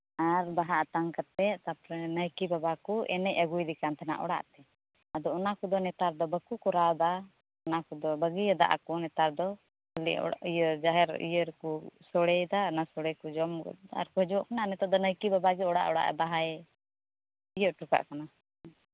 ᱟᱨ ᱵᱟᱦᱟ ᱟᱛᱟᱝ ᱠᱟᱛᱮᱫ ᱛᱟᱨᱯᱚᱨᱮ ᱱᱟᱭᱠᱮ ᱵᱟᱵᱟᱠᱚ ᱮᱱᱮᱡ ᱟᱹᱜᱩᱭᱮᱫᱮ ᱠᱟᱱ ᱛᱟᱦᱮᱱᱟ ᱚᱲᱟᱜ ᱛᱮ ᱟᱫᱚ ᱚᱱᱟ ᱠᱚᱫᱚ ᱱᱮᱛᱟᱨ ᱫᱚ ᱵᱟᱠᱚ ᱠᱚᱨᱟᱣᱫᱟ ᱚᱱᱟ ᱠᱚᱫᱚ ᱵᱟᱹᱜᱤᱭᱟᱫᱟ ᱠᱚ ᱱᱮᱛᱟᱨ ᱫᱚ ᱠᱷᱟᱹᱞᱤ ᱡᱟᱦᱮᱨ ᱤᱭᱟᱹ ᱨᱮᱠᱚ ᱥᱳᱲᱮᱭᱮᱫᱟ ᱚᱱᱟ ᱥᱳᱲᱮ ᱠᱚ ᱡᱚᱢ ᱜᱚᱫ ᱫᱟ ᱟᱨᱠᱚ ᱦᱤᱡᱩᱜ ᱠᱟᱱᱟ ᱟᱨ ᱱᱮᱛᱟᱨ ᱫᱚ ᱱᱟᱭᱠᱮ ᱵᱟᱵᱟᱜᱮ ᱚᱲᱟᱜ ᱚᱲᱟᱜ ᱵᱟᱦᱟᱭ ᱛᱤᱭᱳᱜ ᱦᱚᱴᱚ ᱠᱟᱜ ᱠᱟᱱᱟ